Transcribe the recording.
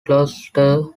gloucester